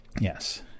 Yes